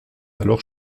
alors